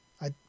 I